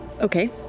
okay